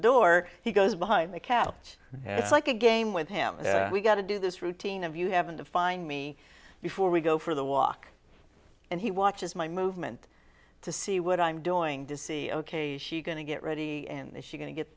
door he goes behind the couch and it's like a game with him we got to do this routine of you having to find me before we go for the walk and he watches my movement to see what i'm doing to see ok is she going to get ready and is she going to get